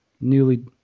newly